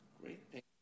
Great